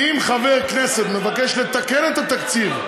אם חבר כנסת מבקש לתקן את התקציב,